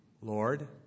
Lord